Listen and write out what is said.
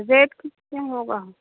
rate کت ہوگا